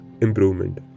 improvement